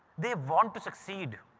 they want to succeed.